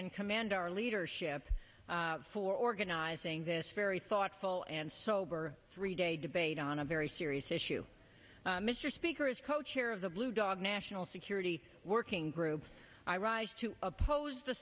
in command our leadership for organizing this very thoughtful and sober three day debate on a very serious issue mr speaker is co chair of the blue dog national security working group i rise to oppose t